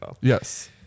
Yes